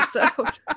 episode